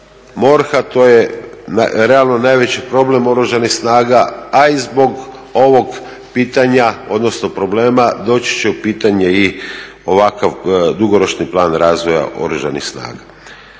MORH-a. To je realno najveći problem Oružanih snaga, a i zbog ovog pitanja odnosno problema doći će u pitanje i ovakav dugoročni plan razvoja Oružanih snaga.